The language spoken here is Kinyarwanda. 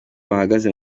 bahagaze